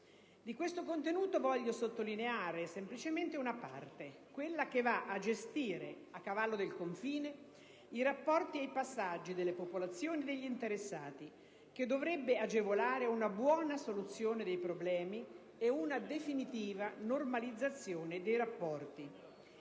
Di questo contenuto voglio sottolineare semplicemente quella parte che va a gestire, a cavallo del confine, i rapporti e i passaggi delle popolazioni e degli interessati, che dovrebbe agevolare una buona soluzione dei problemi ed una definitiva normalizzazione dei rapporti.